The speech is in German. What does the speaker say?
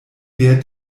wehrt